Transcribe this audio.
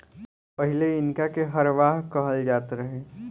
पहिले इनका के हरवाह कहल जात रहे